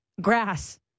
grass